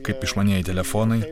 kaip išmanieji telefonai